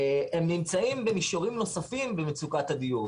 הם נמצאים במישורים נוספים במצוקת הדיור,